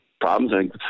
problems